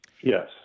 yes